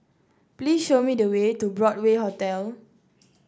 please show me the way to Broadway Hotel